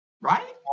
Right